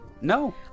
No